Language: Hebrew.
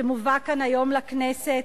שמובא כאן היום לכנסת,